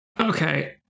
Okay